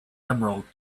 emerald